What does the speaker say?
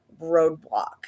roadblock